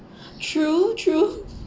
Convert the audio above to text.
true true